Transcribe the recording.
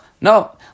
No